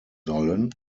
sollen